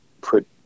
put